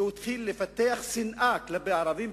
כי הוא התחיל לפתח שנאה כלפי ערבים,